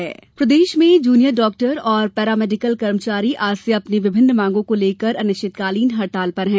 junior doctor हड़ताल प्रदेश में जूनियर डॉक्टर और पैरामेडिकल कर्मचारी आज से अपनी विभिन्न मांगों को लेकर आनिश्चितकालीन हड़ताल पर हैं